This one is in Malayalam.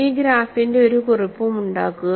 ഈ ഗ്രാഫിന്റെ ഒരു കുറിപ്പും ഉണ്ടാക്കുക